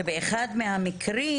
שבאחד מהמקרים